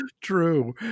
True